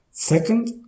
Second